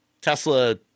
Tesla